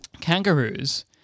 kangaroos